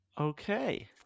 Okay